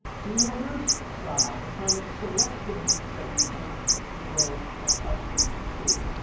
seymour hersh style, the kind of selective leaks that we've come to grow accustomed to.